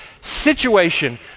situation